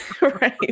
right